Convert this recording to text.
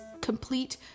complete